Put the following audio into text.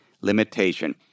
limitation